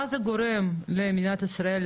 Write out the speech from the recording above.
מה זה גורם למדינת ישראל,